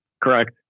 Correct